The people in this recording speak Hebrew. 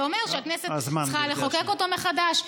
זה אומר שהכנסת צריכה לחוקק אותו מחדש.